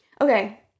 Okay